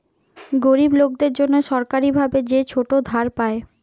গরিব লোকদের জন্যে সরকারি ভাবে যে ছোট ধার পায়